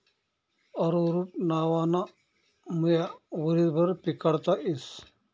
arrowroot नावना मुया वरीसभर पिकाडता येस